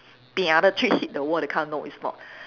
pia the ch~ hit the wall that kind no it's not